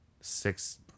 six